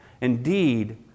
Indeed